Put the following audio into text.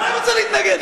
למה את רוצה להתנגד?